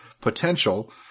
potential